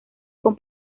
con